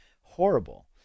horrible